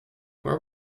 where